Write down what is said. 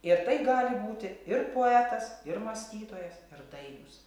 ir tai gali būti ir poetas ir mąstytojas ir dainius